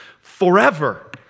forever